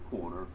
corner